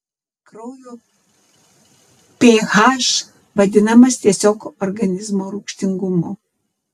kraujo ph vadinamas tiesiog organizmo rūgštingumu